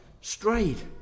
straight